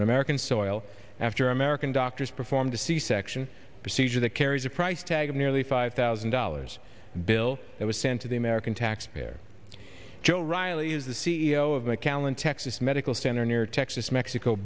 on american soil after american doctors performed a c section procedure that carries a price tag of nearly five thousand dollars bill that was sent to the american taxpayer joe riley is the c e o of macallan texas medical center near texas mexico